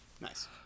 Nice